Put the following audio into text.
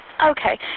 Okay